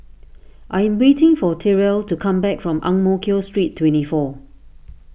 I am waiting for Tyrel to come back from Ang Mo Kio Street twenty four